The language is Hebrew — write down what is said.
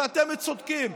ואתם צודקים,